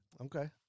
Okay